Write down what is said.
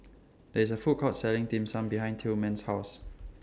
There IS A Food Court Selling Dim Sum behind Tilman's House